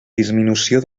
disminució